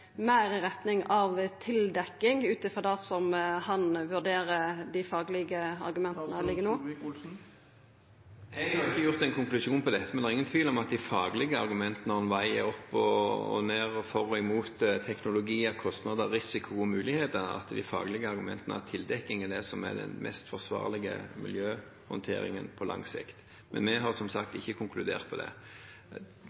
retning av tildekking – ut frå slik han vurderer dei faglege argumenta som ligg føre no? Jeg har ikke trukket noen konklusjon, men det er ingen tvil om at de faglige argumentene for tildekking – som må veies opp og ned, for og imot, med hensyn til teknologi, kostnader, risiko og muligheter – er det som er den mest forsvarlige miljøhåndteringen på lang sikt. Men vi har som sagt